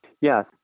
Yes